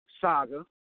Saga